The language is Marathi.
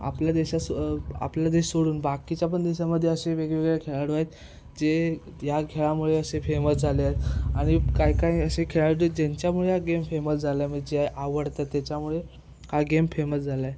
आपल्या देशास आपल्या देश सोडून बाकीच्या पण देशामध्ये असे वेगवेगळे खेळाडू आहेत जे या खेळामुळे असे फेमस झाले आहेत आणि काय काही असे खेळाडू ज्यांच्यामुळे हा गेम फेमस झाला आहे म्हणजे आवडतं त्याच्यामुळे हा गेम फेमस झाला आहे